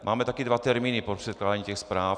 Máme také dva termíny pro předkládání těch zpráv.